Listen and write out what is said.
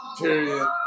period